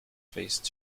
faced